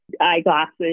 eyeglasses